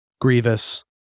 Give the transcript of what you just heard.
Grievous